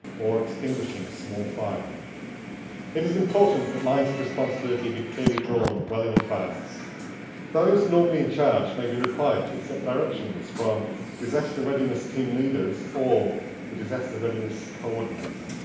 or extinguishing small fire it is important that lines of responsibility be clearly drawn well in advance those normally in charge may be required to accept directions from disaster readiness team leaders or the disaster readiness coordinator